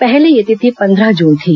पहले यह तिथि पंद्रह जून थी